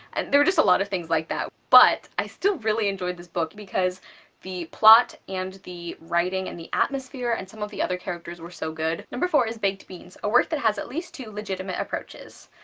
and there were just a lot of things like that. but i still really enjoyed this book because the plot and the writing and the atmosphere and some of the other characters were so good. number four is baked beans a work that has at least two legitimate approaches.